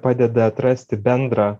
padeda atrasti bendrą